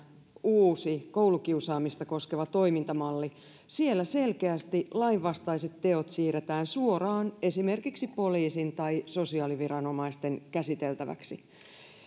uusi koulukiusaamista koskeva toimintamalli siellä selkeästi lainvastaiset teot siirretään suoraan esimerkiksi poliisin tai sosiaaliviranomaisten käsiteltäväksi